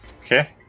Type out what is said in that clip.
Okay